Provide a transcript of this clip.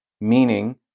meaning